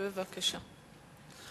בבקשה,